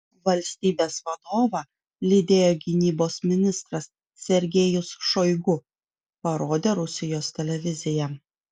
valstybės vadovą lydėjo gynybos ministras sergejus šoigu parodė rusijos televizija